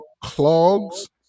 clogs